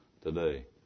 today